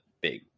big